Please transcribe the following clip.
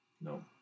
No